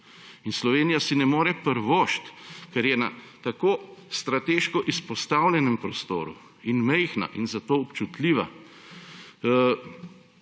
Slovenija si ne more privoščiti, ker je na tako strateško izpostavljenem prostoru in majhna in zato občutljiva,